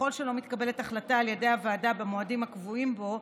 ככל שלא מתקבלת החלטה על ידי הוועדה במועדים הקבועים בו,